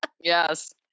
Yes